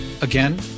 Again